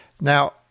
Now